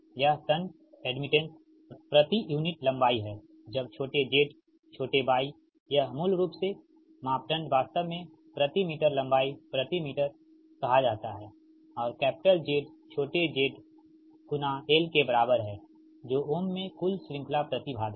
यह shunt admittance प्रति unit लंबाई है जब छोटे z छोटे y यह मूल रूप पैरामीटर वास्तव में प्रति मीटर लंबाई प्रति मीटर कहते हैं और कैपिटल Z छोटे z l के बराबर है जो ओम में कुल श्रृंखला प्रति बाधा है